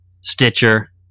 Stitcher